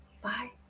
Bye